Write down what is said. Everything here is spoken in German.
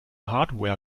hardware